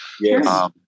Yes